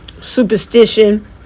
superstition